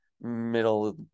middle